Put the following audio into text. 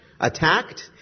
attacked